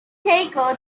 keiko